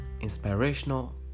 inspirational